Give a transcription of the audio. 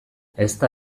ezta